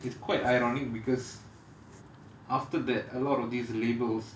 it's quite ironic because after that a lot of these labels